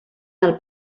del